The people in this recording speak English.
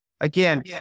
again